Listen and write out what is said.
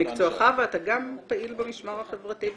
במקצועך ואתה גם פעיל במשמר החברתי בכנסת.